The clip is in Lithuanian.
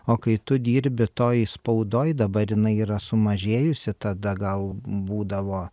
o kai tu dirbi toj spaudoj dabar jinai yra sumažėjusi tada gal būdavo